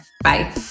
Bye